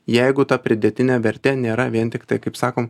jeigu ta pridėtinė vertė nėra vien tiktai kaip sakom